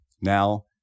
Now